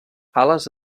ales